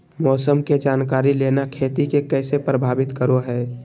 मौसम के जानकारी लेना खेती के कैसे प्रभावित करो है?